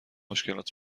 مشکلات